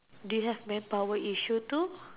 do you have man power issue too